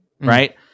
Right